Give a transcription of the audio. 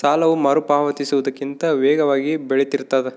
ಸಾಲವು ಮರುಪಾವತಿಸುವುದಕ್ಕಿಂತ ವೇಗವಾಗಿ ಬೆಳಿತಿರ್ತಾದ